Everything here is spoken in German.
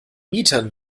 mietern